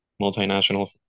multinational